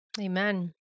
Amen